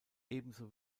ebenso